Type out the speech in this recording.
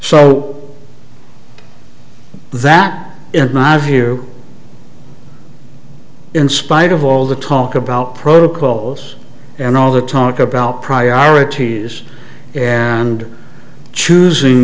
so that in my view in spite of all the talk about protocols and all the talk about priorities and choosing